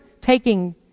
taking